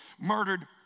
murdered